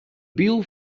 bill